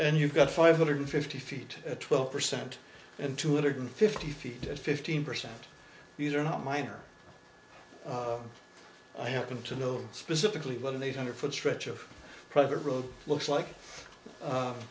and you've got five hundred fifty feet at twelve percent and two hundred fifty feet at fifteen percent these are not minor i happen to know specifically what an eight hundred foot stretch of present road looks like